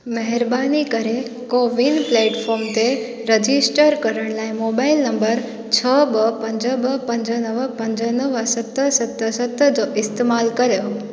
महिरबानी करे CoWIN platform ते रजिस्टर करण लाइ मोबाइल नंबर छ्ह ॿ पंज ॿ पंज नवं पंज नवं सत सत सत जो इस्तेमालु कर्यो